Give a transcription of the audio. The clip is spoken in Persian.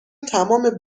تمام